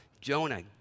Jonah